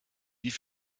wie